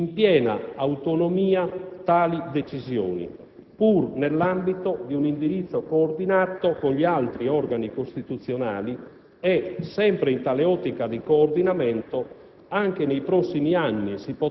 ha assunto in piena autonomia tali decisioni, pur nell'ambito di un indirizzo coordinato con gli altri organi costituzionali e, sempre in tale ottica di coordinamento,